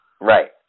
Right